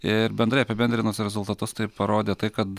ir bendrai apibendrinus rezultatus tai parodė tai kad